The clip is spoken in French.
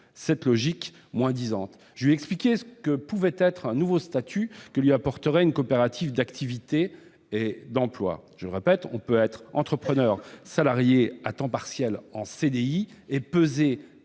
cette logique du moins-disant. Je lui ai expliqué ce que pourrait lui apporter un nouveau statut, telle une coopérative d'activités et d'emplois. Je le répète : on peut être entrepreneur salarié à temps partiel, en CDI, et peser